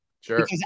Sure